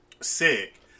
sick